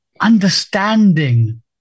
understanding